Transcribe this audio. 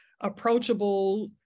approachable